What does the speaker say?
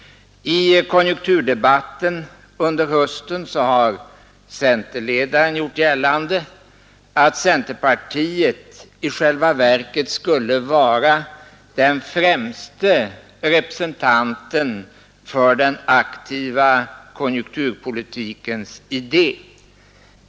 I konjunkturdebatten under hösten har centerledaren gjort gällande att centerpartiet i själva verket skulle vara den främste representanten för den aktiva konjunkturpolitikens idé.